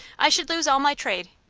i should lose all my trade.